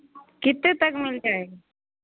कितने तक मिल जाएगा